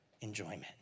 enjoyment